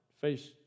face